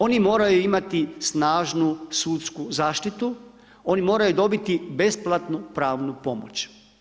Oni moraju imati snažnu sudsku zaštitu, oni moraju dobiti besplatnu pravnu pomoć.